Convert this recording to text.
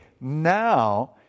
now